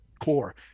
core